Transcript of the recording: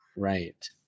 right